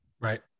right